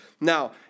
Now